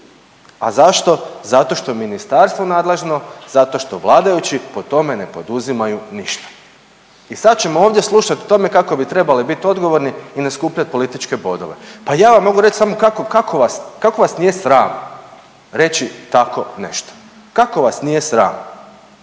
A zašto? Zato što ministarstvo nadležno, zato što vladajući po tome ne poduzimaju ništa. I sad ćemo ovdje slušati o tome kako bi trebali biti odgovorni i ne skupljati političke bodove. Pa ja vam mogu reći samo kako, kako, kako vas nije sram reći tako nešto. Kako vas nije sram.